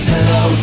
Hello